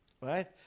right